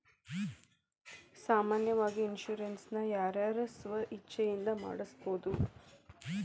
ಸಾಮಾನ್ಯಾವಾಗಿ ಇನ್ಸುರೆನ್ಸ್ ನ ಯಾರ್ ಯಾರ್ ಸ್ವ ಇಛ್ಛೆಇಂದಾ ಮಾಡ್ಸಬೊದು?